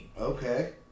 Okay